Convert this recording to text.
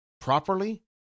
properly